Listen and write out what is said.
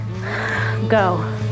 Go